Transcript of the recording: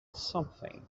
something